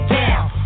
down